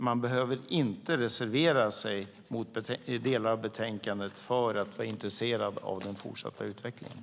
Man behöver inte reservera sig mot delar av förslaget i betänkandet för att vara intresserad av den fortsatta utvecklingen.